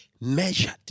measured